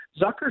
Zucker